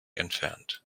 entfernt